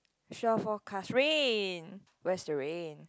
shore forecast rain where's the rain